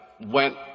went